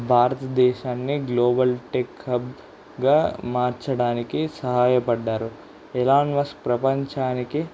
భారతదేశాన్ని global tech హబ్గా మార్చడానికి సహాయపడ్డారు ఎలా వ ప్రపంచానికి